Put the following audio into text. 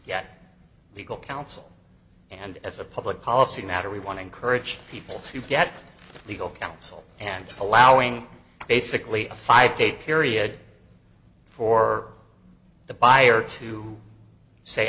yet legal counsel and as a public policy matter we want to encourage people to get legal counsel and allowing basically a five day period for the buyer to say